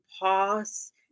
pause